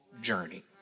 journey